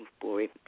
boy